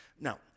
Now